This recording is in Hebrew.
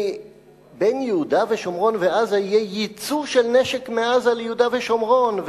בין יהודה ושומרון ועזה יהיה ייצוא של נשק מעזה ליהודה ושומרון,